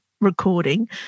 recording